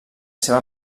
seva